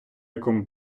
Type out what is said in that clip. якому